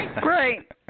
Great